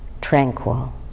tranquil